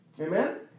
Amen